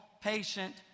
patient